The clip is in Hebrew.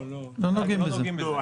לא נוגעים בזה.